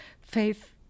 Faith